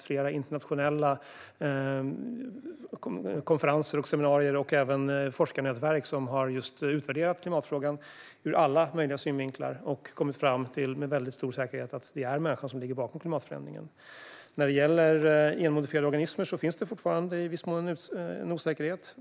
Flera internationella konferenser och seminarier och även forskarnätverk har utvärderat klimatfrågan ur alla möjliga synvinklar och med väldigt stor säkerhet kommit fram till att det är människan som ligger bakom klimatförändringen. När det gäller genmodifierade organismer finns det fortfarande i viss mån en osäkerhet.